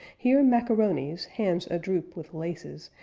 here macaronis, hands a-droop with laces,